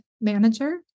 manager